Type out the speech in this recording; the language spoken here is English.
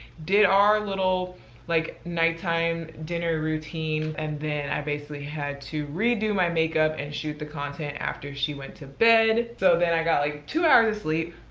did our little like nighttime dinner routine. and then i basically had to redo my makeup, and shoot the content after she went to bed. so then i got like two hours of sleep.